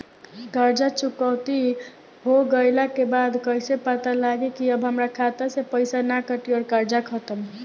कर्जा चुकौती हो गइला के बाद कइसे पता लागी की अब हमरा खाता से पईसा ना कटी और कर्जा खत्म?